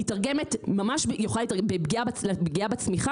מיתרגמת בפגיעה בצמיחה